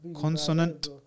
Consonant